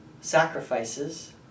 sacrifices